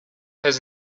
has